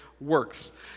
works